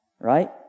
Right